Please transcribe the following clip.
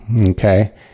Okay